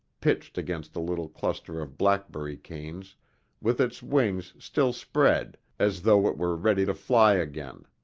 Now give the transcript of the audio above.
pitched against a little cluster of blackberry canes with its wings still spread as though it were ready to fly again.